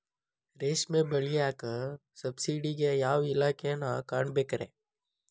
ರೇಷ್ಮಿ ಬೆಳಿಯಾಕ ಸಬ್ಸಿಡಿಗೆ ಯಾವ ಇಲಾಖೆನ ಕಾಣಬೇಕ್ರೇ?